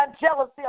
jealousy